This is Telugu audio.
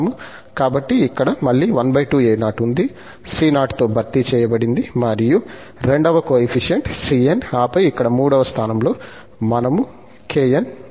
కాబట్టి ఇక్కడ మళ్ళీ 12 a0 ఉంది c0 తో భర్తీ చేయబడింది మరియు రెండవ కోయెఫిషియంట్ cn ఆపై ఇక్కడ మూడవ స్థానంలో మనము kn ఉంది